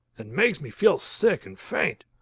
and makes me feel sick and faint.